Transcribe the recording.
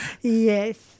Yes